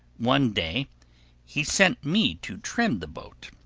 one day he sent me to trim the boat,